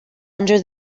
under